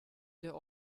der